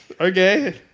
okay